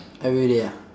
every day ah